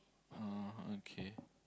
!huh! okay